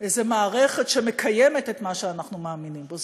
איזו מערכת שמקיימת את מה שאנחנו מאמינים בו,